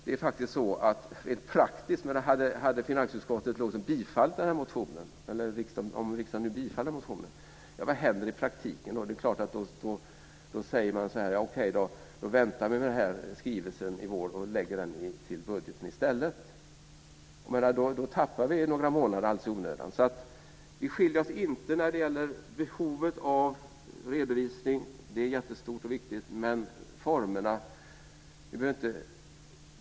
Om riksdagen nu bifaller motionen, vad händer i praktiken? Då säger man så här: Vi väntar med den här skrivelsen i vår och lägger den till budgeten i stället. Då tappar vi några månader i onödan. Vi skiljer oss inte när det gäller behovet av redovisning, det är väldigt stort och viktigt, men i fråga om formerna.